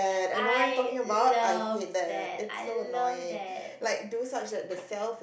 I love that I love that